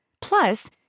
Plus